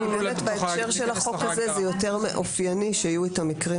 בהקשר של החוק הזה זה יותר אופייני שיהיו המקרים